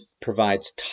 provides